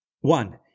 One